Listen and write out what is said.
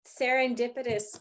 serendipitous